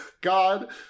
God